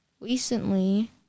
recently